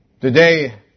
Today